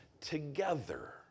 together